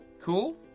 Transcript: Cool